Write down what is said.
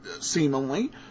seemingly